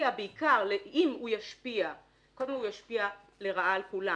קודם כל הוא ישפיע לרעה על כולם.